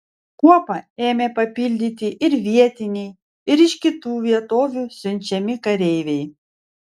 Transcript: kuopą ėmė papildyti ir vietiniai ir iš kitų vietovių siunčiami kareiviai